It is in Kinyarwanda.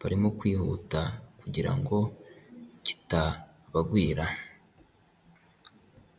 barimo kwihuta kugira ngo kitabagwira.